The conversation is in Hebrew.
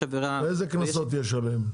איזה קנסות יש עליהם?